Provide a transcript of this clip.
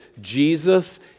Jesus